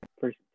first